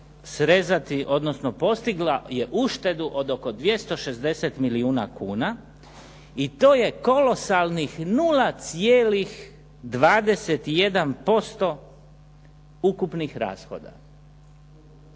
srezati, odnosno postigla je uštedu od oko 260 milijuna kuna i to je kolosalnih 0,21% ukupnih rashoda.